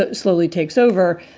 but slowly takes over,